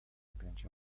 objąć